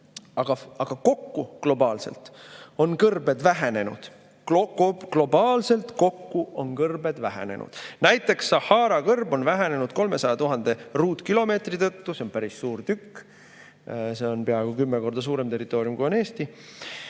Aga kokku, globaalselt, on kõrbed vähenenud. Globaalselt kokku on kõrbed vähenenud. Näiteks on Sahara kõrb vähenenud 300 000 ruutkilomeetrit – see on päris suur tükk, see on peaaegu kümme korda suurem territoorium, kui on Eesti